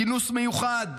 כינוס מיוחד?